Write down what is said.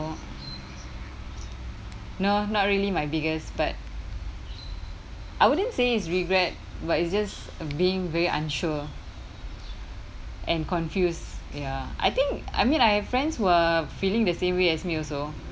no not really my biggest but I wouldn't say it's regret but it's just being very unsure and confused ya I think I mean I have friends who are feeling the same way as me also